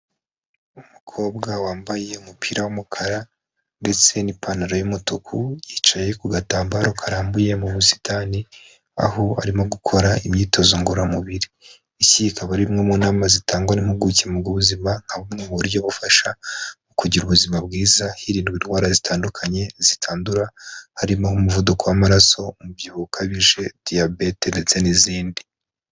Umukobwa wambaye umupira w'umukara ndetse n'ipantaro y'umutuku, yicaye ku gatambaro karambuye mu busitani, aho arimo gukora imyitozo ngororamubiri. Iyi ikaba ari imwe mu nama zitangwa n'impimpuguke mu by'ubuzima nka bumwe mu buryo bufasha mu kugira ubuzima bwiza, hirindwa indwara zitandukanye zitandura harimo nk'umuvuduko w'amaraso, umubyibuho ukabije, diyabete ndetse n'izindi.